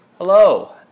Hello